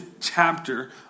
chapter